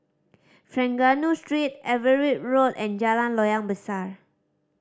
Trengganu Street Everitt Road and Jalan Loyang Besar